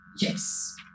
Yes